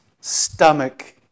stomach